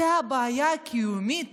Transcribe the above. זו הבעיה הקיומית